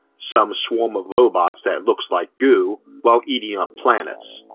some swarm of robots that looks like goo while eating up planets.